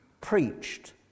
preached